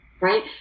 right